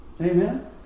Amen